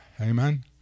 Amen